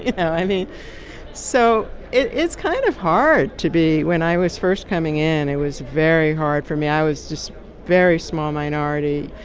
know, i mean so it's kind of hard to be when i was first coming in, it was very hard for me. i was just very small minority,